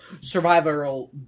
survival